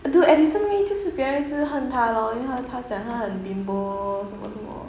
dude edison ray 就是别人就是恨他 lor 因为他讲他很 bimbo 什么什么